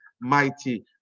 mighty